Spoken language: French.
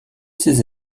ses